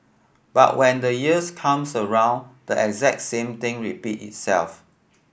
but when the years comes around the exact same thing repeats itself